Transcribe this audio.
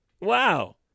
Wow